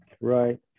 Right